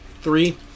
three